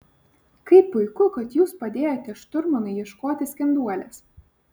kaip puiku kad jūs padėjote šturmanui ieškoti skenduolės